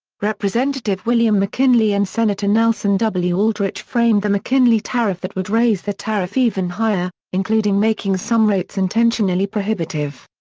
representative william mckinley and senator nelson w. aldrich framed the mckinley tariff that would raise the tariff even higher, including making some rates intentionally prohibitive.